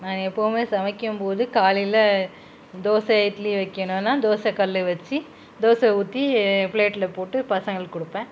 நான் எப்போவுமே சமைக்கும் போது காலையில் தோசை இட்லி வைக்கணுன்னா தோசைக் கல்லு வச்சு தோசை ஊற்றி பிளேட்டில் போட்டு பசங்களுக்கு கொடுப்பேன்